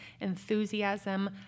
enthusiasm